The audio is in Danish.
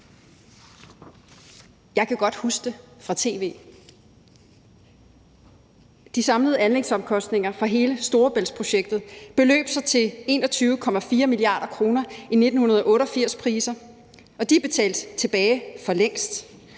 Jeg kan godt huske det fra tv. De samlede anlægsomkostninger for hele Storebæltsprojektet beløb sig til 21,4 mia. kr. i 1988-priser, og de er betalt tilbage forlængst.